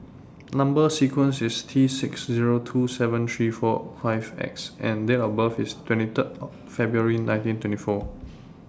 Number sequence IS T six Zero two seven three four five X and Date of birth IS twenty three February nineteen twenty four